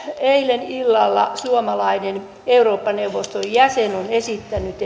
eilen illalla suomalainen eurooppa neuvoston jäsen on esittänyt